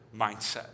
mindset